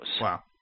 Wow